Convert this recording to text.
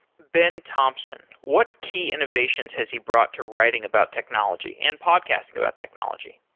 ben thompson. what key innovations has he brought to writing about technology and podcasting about technology?